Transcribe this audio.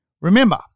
Remember